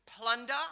plunder